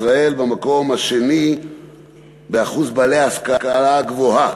ישראל במקום השני באחוז בעלי ההשכלה הגבוהה.